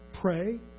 pray